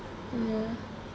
ya